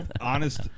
honest